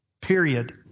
period